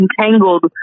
entangled